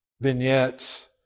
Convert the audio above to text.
vignettes